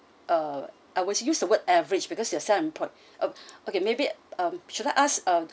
uh I will use the word average because you are self-employed ah okay maybe um should I ask uh